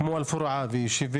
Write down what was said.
כמו פוראדעי,